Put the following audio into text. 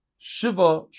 Shiva